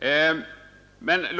Det bör i